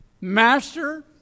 Master